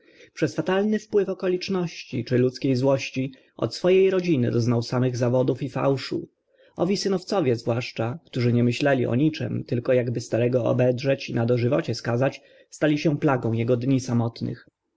przez fatalny wpływ okoliczności czy ludzkie złości od swo e rodziny doznał samych zawodów i fałszu owi synowcowie zwłaszcza którzy nie myśleli o niczym tylko ak by starego obedrzeć i na dożywocie skazać stali się plagą ego dni samotnych